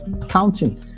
accounting